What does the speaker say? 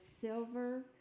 silver